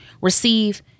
receive